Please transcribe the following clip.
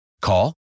Call